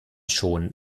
schon